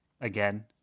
again